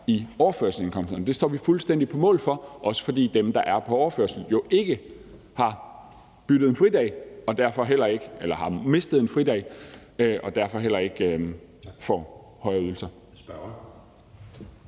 i overførselsindkomsterne. Det står vi fuldstændig på mål for, også fordi dem, der er på overførsel, jo ikke har byttet en fridag eller har mistet en fridag og derfor heller ikke får højere ydelser.